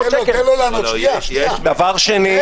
דבר שני,